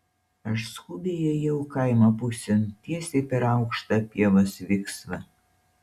aš skubiai ėjau kaimo pusėn tiesiai per aukštą pievos viksvą